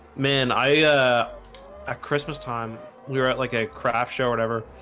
man i at christmastime we were at like a craft show, whatever.